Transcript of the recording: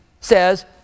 says